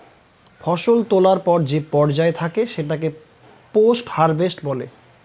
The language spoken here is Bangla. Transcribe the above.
ফসল তোলার পর যে পর্যায় থাকে সেটাকে পোস্ট হারভেস্ট বলে